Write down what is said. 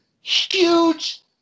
Huge